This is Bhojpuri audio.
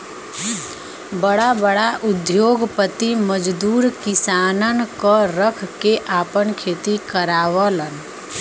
बड़ा बड़ा उद्योगपति मजदूर किसानन क रख के आपन खेती करावलन